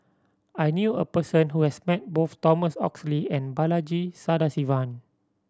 I knew a person who has met both Thomas Oxley and Balaji Sadasivan